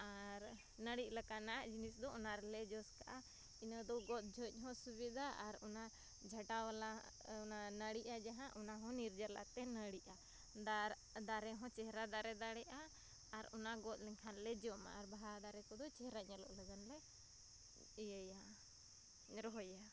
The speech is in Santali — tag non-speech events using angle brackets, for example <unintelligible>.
ᱟᱨ ᱱᱟᱹᱲᱤᱜ ᱞᱮᱠᱟᱱᱟᱜ ᱡᱤᱱᱤᱥᱫᱚ ᱚᱱᱟᱨᱮᱞᱮ ᱡᱚᱥᱠᱟᱜᱼᱟ ᱤᱱᱟᱹᱫᱚ ᱜᱚᱫ ᱡᱚᱦᱚᱜᱦᱚᱸ ᱥᱩᱵᱤᱫᱷᱟ ᱟᱨ ᱚᱱᱟ ᱡᱷᱟᱴᱟᱼᱳᱣᱟᱞᱟ ᱚᱱᱟ ᱱᱟᱹᱲᱤᱜᱼᱟ ᱡᱟᱦᱟᱸ ᱚᱱᱟᱦᱚᱸ ᱱᱤᱨᱡᱟᱞᱟᱛᱮ ᱱᱟᱹᱲᱤᱜᱼᱟ <unintelligible> ᱫᱟᱨᱮᱦᱚᱸ ᱪᱮᱦᱨᱟ ᱫᱟᱨᱮ ᱫᱟᱲᱮᱜᱼᱟ ᱟᱨ ᱚᱱᱟ ᱜᱚᱫᱞᱮᱱ ᱠᱷᱟᱱᱞᱮ ᱡᱚᱢᱟ ᱟᱨ ᱵᱟᱦᱟ ᱫᱟᱨᱮ ᱠᱷᱟᱱᱫᱚ ᱪᱮᱦᱨᱟ ᱧᱮᱞᱚᱜ ᱞᱟᱜᱟᱫᱞᱮ ᱤᱭᱟᱹᱭᱟ ᱨᱚᱦᱚᱭᱟ